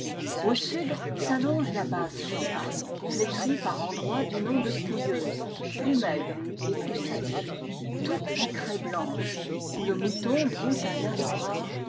au sud s'allonge la basse champagne flétrie par endroits du nom de pouilleuse plus maigre et plus sèche toute en craie blanche où le mouton broute un gazon rare